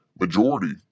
majority